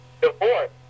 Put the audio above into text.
divorce